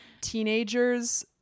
teenagers